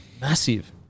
Massive